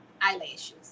eyelashes